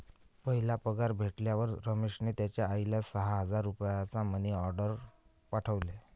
पहिला पगार भेटल्यावर रमेशने त्याचा आईला सहा हजार रुपयांचा मनी ओर्डेर पाठवले